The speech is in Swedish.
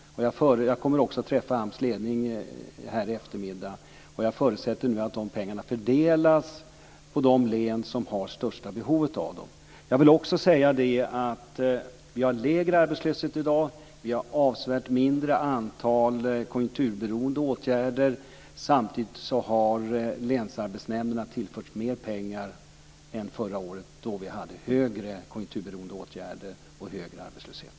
Jag ska träffa AMS ledning i eftermiddag, och jag förutsätter att pengarna kommer att fördelas på de län som har det största behovet av dem. Vi har lägre arbetslöshet i dag. Vi har ett avsevärt lägre antal konjunkturberoende åtgärder. Samtidigt har länsarbetsnämnderna tillförts mer pengar än förra året då man hade ett högre antal konjunkturberoende åtgärder och högre arbetslöshet.